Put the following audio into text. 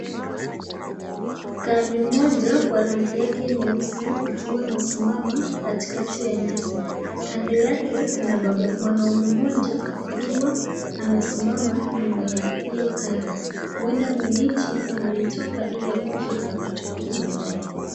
Gari moja kwa rangi yake nyeusi ikiwa imesimama katikati ya nyasi. Kando yake kuna mwanaume mmoja akiwa amesima nyuma ya hiyo gari huenda mwenyeji ametoka ili akuje akachukue baadaye.